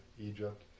Egypt